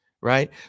Right